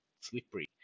slippery